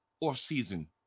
off-season